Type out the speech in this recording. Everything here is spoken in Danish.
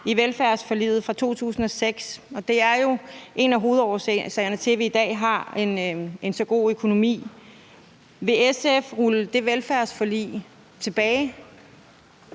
i velfærdsforliget fra 2006, som jo er en af hovedårsagerne til, at vi i dag har en så god økonomi. Vil SF rulle det velfærdsforlig tilbage?